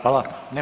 Hvala.